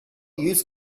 used